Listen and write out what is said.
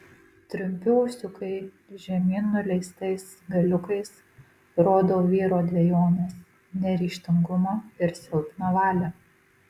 trumpi ūsiukai žemyn nuleistais galiukais rodo vyro dvejones neryžtingumą ir silpną valią